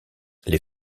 les